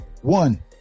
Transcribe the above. One